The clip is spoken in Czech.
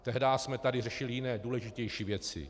Tehdy jsme tady řešili jiné důležitější věci.